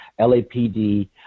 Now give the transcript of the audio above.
LAPD